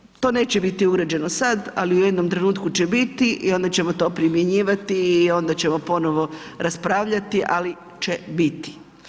Naravno to neće biti uređeno sad ali u jednom trenutku će biti i onda ćemo to primjenjivati i onda ćemo ponovo raspravljati, ali će biti.